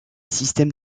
systèmes